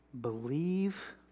Believe